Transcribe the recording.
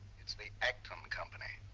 it's the acton company.